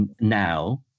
now